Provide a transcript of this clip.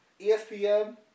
ESPN